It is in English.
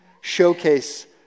showcase